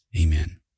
Amen